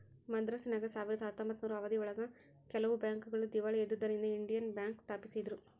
ಮದ್ರಾಸಿನಾಗ ಸಾವಿರದ ಹತ್ತೊಂಬತ್ತನೂರು ಅವಧಿ ಒಳಗ ಕೆಲವು ಬ್ಯಾಂಕ್ ಗಳು ದೀವಾಳಿ ಎದ್ದುದರಿಂದ ಇಂಡಿಯನ್ ಬ್ಯಾಂಕ್ ಸ್ಪಾಪಿಸಿದ್ರು